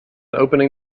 opening